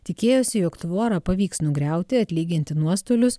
tikėjosi jog tvorą pavyks nugriauti atlyginti nuostolius